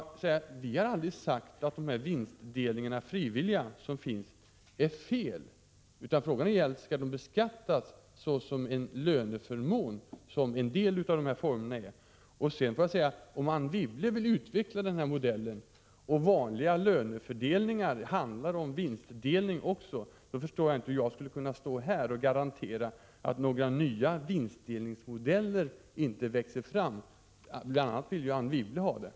Vi har aldrig sagt att det är fel med de frivilliga vinstdelningssystem som finns. Frågan är om de skall beskattas såsom en löneförmån, som en del av dem är. Om Anne Wibble vill utveckla denna modell och om den vanliga lönefördelningen handlar om vinstdelning också, förstår jag inte hur jag skulle kunna stå här och garantera att några nya vinstdelningsmodeller inte växer fram. Bl. a. vill ju Anne Wibble ha sådana.